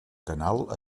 canal